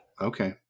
Okay